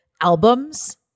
albums